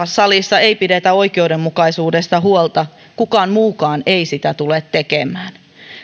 salissa ei pidetä oikeudenmukaisuudesta huolta kukaan muukaan ei sitä tule tekemään